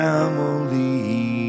Family